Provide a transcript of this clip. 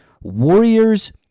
Warriors